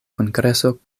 kongreso